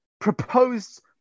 proposed